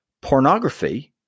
pornography